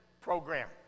program